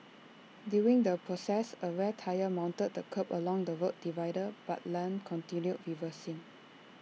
during the process A rear tyre mounted the kerb along the road divider but Lam continued reversing